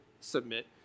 submit